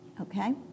Okay